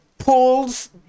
pulls